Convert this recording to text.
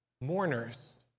mourners